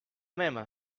même